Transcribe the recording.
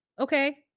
Okay